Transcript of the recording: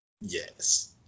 yes